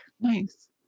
Nice